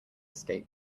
skate